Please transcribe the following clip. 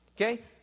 Okay